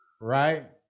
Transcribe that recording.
right